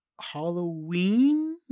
Halloween